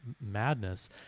madness